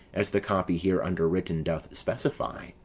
as the copy here underwritten doth specify.